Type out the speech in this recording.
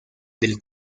del